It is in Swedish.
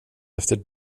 efter